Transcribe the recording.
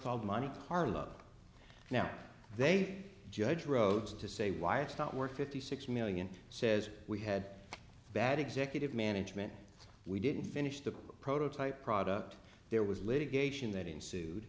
called money harlow now they say judge rhodes to say why it's not worth fifty six million says we had bad executive management we didn't finish the prototype product there was litigation that ensued